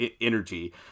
energy